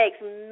takes